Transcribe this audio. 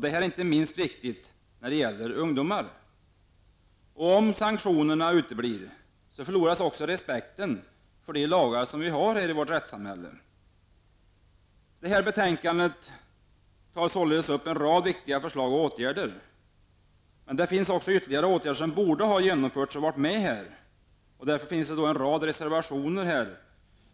Detta är inte minst viktigt när det gäller ungdomar. Om sanktionerna uteblir så förloras också respekten för de lagar vi har i vårt rättssamhälle. Det här betänkandet tar således upp en rad viktiga förslag på åtgärder. Det hade dock funnits ytterligare åtgärder som borde ha genomförts och som borde ha varit med i betänkandet. Därför finns det en rad reservationer